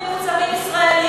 אירופה אנטישמית,